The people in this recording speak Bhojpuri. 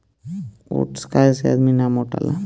ओट्स खाए से आदमी ना मोटाला